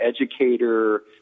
educator